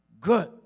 good